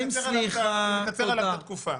נקצר את התקופה.